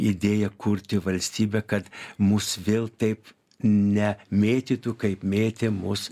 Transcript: idėja kurti valstybę kad mus vėl taip ne mėtytų kaip mėtė mus